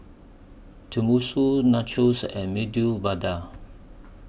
Tenmusu Nachos and Medu Vada